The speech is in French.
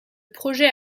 projet